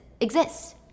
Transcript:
exists